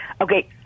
Okay